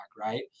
right